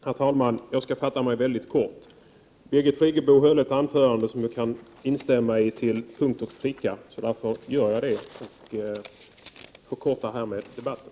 Herr talman! Jag skall fatta mig väldigt kort. Birgit Friggebo höll ett anförande, som jag instämmer i till punkt och pricka. Därmed förkortar jag debatten.